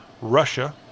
Russia